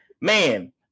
man